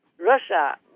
Russia